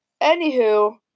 anywho